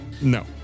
No